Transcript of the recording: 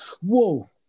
whoa